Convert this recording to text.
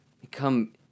become